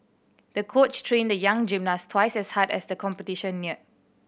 the coach trained the young gymnast twice as hard as the competition near